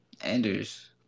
Anders